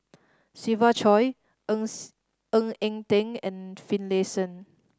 Siva Choy Ng Ng Eng Teng and Finlayson